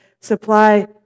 supply